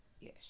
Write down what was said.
Yes